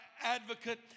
advocate